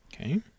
Okay